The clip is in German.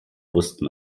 wussten